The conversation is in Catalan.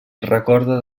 recorda